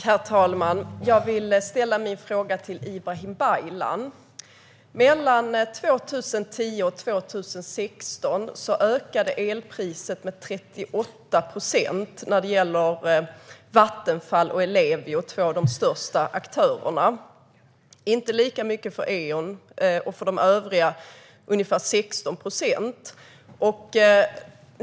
Herr talman! Jag vill ställa min fråga till Ibrahim Baylan. Mellan 2010 och 2016 ökade elpriset med 38 procent för Vattenfall och Ellevio som är två av de största aktörerna. Det ökade inte lika mycket för Eon, och för de övriga ökade det ungefär 16 procent.